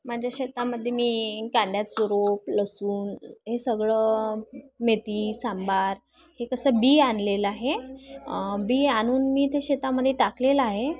माझ्या शेतामध्ये मी कांद्याचं रोप लसूण हे सगळं मेथी सांबार हे कसं बी आणलेलं आहे बी आणून मी ते शेतामध्ये टाकलेलं आहे